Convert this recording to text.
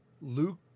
Luke